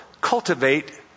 cultivate